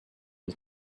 his